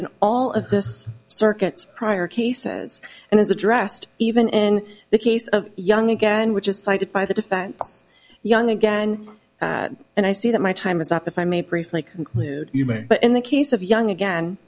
in all of this circuits prior cases and is addressed even in the case of young again which is cited by the defense young again and i see that my time is up if i may briefly conclude but in the case of young again